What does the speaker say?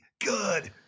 good